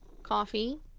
Coffee